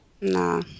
No